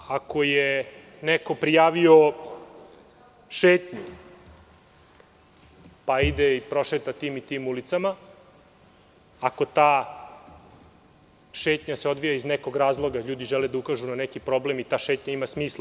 Ako je neko prijavio šetnju, pa ide i prošeta tim i tim ulicama, ako ta šetnja se odvija iz nekog razloga, ljudi žele da ukažu na neki problem i ta šetnja ima smisla.